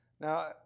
Now